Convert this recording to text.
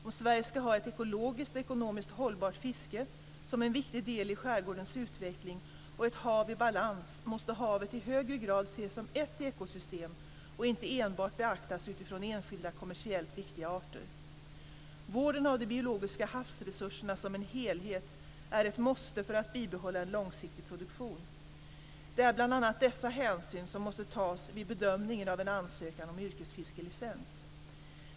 Om Sverige ska ha ett ekologiskt och ekonomiskt hållbart fiske som en viktig del i skärgårdens utveckling och ett hav i balans, måste havet i högre grad ses som ett ekosystem och inte enbart beaktas utifrån enskilda kommersiellt viktiga arter. Vården av de biologiska havsresurserna som en helhet är ett måste för att bibehålla en långsiktig produktion. Det är bl.a. dessa hänsyn som måste tas vid bedömningen av en ansökan om yrkesfiskelicens.